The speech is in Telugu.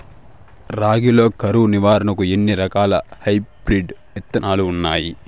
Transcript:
రాగి లో కరువు నివారణకు ఎన్ని రకాల హైబ్రిడ్ విత్తనాలు ఉన్నాయి